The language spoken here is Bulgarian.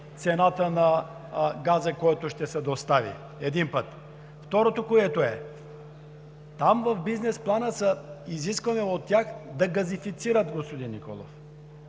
цената на газа, който ще се достави, един път. Второ, там, в бизнес плана, има изискване от тях да газифицират, господин Николов.